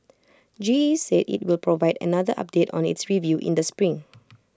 G E said IT will provide another update on its review in the spring